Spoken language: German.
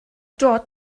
dort